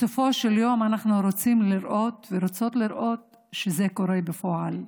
בסופו של יום אנחנו רוצים לראות ורוצות לראות שזה קורה בפועל.